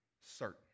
certain